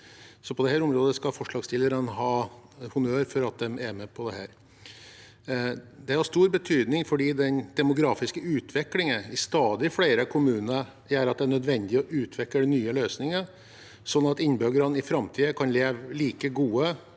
på dette området skal forslagsstillerne ha honnør for at de er med på dette. Dette er av stor betydning fordi den demografiske utviklingen i stadig flere kommuner gjør at det er nødvendig å utvikle nye løsninger, slik at innbyggerne i framtiden kan leve et like godt